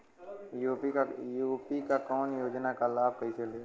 UP क योजना क लाभ कइसे लेब?